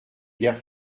guerre